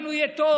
איתנו יהיה טוב.